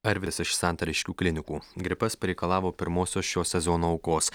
arvydas iš santariškių klinikų gripas pareikalavo pirmosios šio sezono aukos